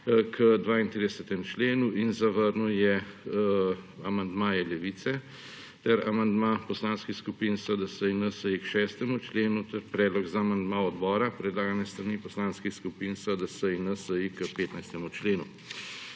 k 32. členu, in zavrnil je amandmaje Levice ter amandma poslanskih skupin SDS in NSi k 6. členu, to je predlog za amandma odbora, predlagan s strani poslanskih skupin SDS in NSi k 15. členu.